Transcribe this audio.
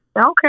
Okay